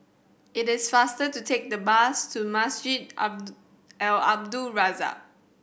it is faster to take the bus to Masjid Al Abdul Razak